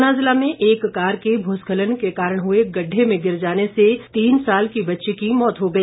ऊना ज़िला में एक कार के भूस्खलन के कारण हुए गदढे में गिर जाने से तीन साल की बच्ची की मौत हो गई